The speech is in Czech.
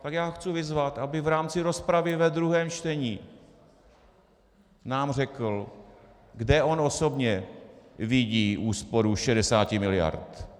Tak já ho chci vyzvat, aby v rámci rozpravy ve druhém čtení nám řekl, kde on osobně vidí úsporu 60 miliard.